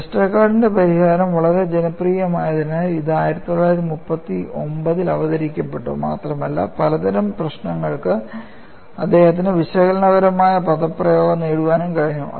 വെസ്റ്റർഗാർഡിന്റെ പരിഹാരം വളരെ ജനപ്രിയമായതിനാൽ ഇത് 1939 ൽ അവതരിപ്പിക്കപ്പെട്ടു മാത്രമല്ല പലതരം പ്രശ്നങ്ങൾക്ക് അദ്ദേഹത്തിന് വിശകലനപരമായ പദപ്രയോഗം നേടാനും കഴിഞ്ഞു